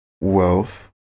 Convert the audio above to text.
Wealth